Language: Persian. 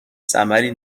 ثمری